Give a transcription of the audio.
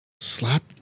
Slap